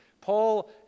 Paul